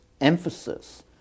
emphasis